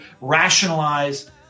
rationalize